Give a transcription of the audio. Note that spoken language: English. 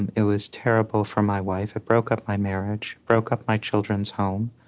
and it was terrible for my wife. it broke up my marriage, broke up my children's home.